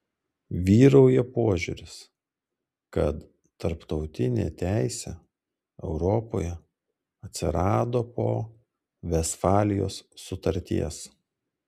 vyrauja požiūris kad tarptautinė teisė europoje atsirado po vestfalijos sutarties